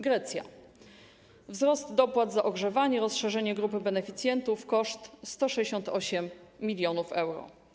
Grecja - wzrost dopłat za ogrzewanie, rozszerzenie grupy beneficjentów, koszt - 168 mln euro.